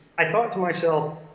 i thought to myself,